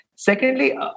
Secondly